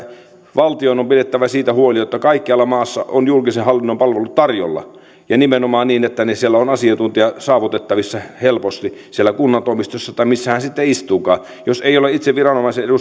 ja valtion on pidettävä siitä huoli että kaikkialla maassa on julkisen hallinnon palvelut tarjolla ja nimenomaan niin että siellä on asiantuntija saavutettavissa helposti kunnan toimistossa tai missä hän sitten istuukaan jos ei ole itse viranomaisen edustusta